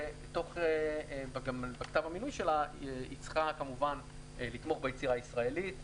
גם בכתב המינוי שלה היא צריכה כמובן לתמוך ביצירה הישראלית.